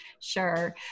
sure